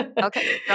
okay